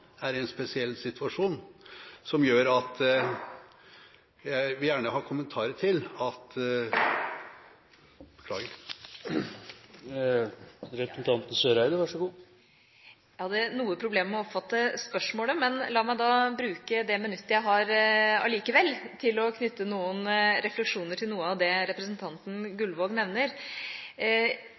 er i en spesiell situasjon, som gjør at jeg gjerne vil ha kommentarer til at … Beklager! Jeg hadde noe problem med å oppfatte spørsmålet. La meg likevel bruke det minuttet jeg har, til å knytte noen refleksjoner til noe av det representanten Gullvåg nevner.